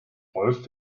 rolf